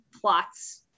plots